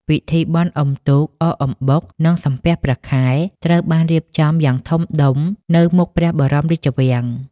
ពិធីបុណ្យអុំទូក អកអំបុក និងសំពះព្រះខែ ត្រូវបានរៀបចំយ៉ាងធំដុំនៅមុខព្រះបរមរាជវាំង។